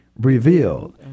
revealed